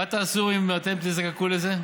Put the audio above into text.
מה תעשו אם אתם תזדקקו לזה?